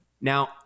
Now